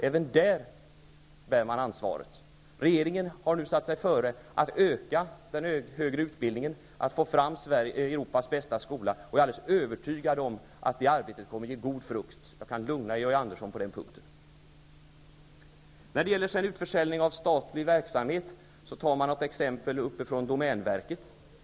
Även där bär man ansvaret. Regeringen har nu satt sig före att öka den högre utbildningen, att få fram Europas bästa skola. Jag är alldeles övertygad om att det arbetet kommer att ge god frukt. Jag kan lugna Georg Andersson på den punkten. När det gäller utförsäljning av statlig verksamhet tar man exempel från domänverket.